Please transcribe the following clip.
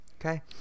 okay